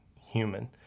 human